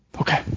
Okay